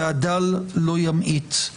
והדל לא ימעיט.